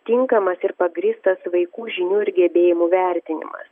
tinkamas ir pagrįstas vaikų žinių ir gebėjimų vertinima